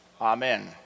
Amen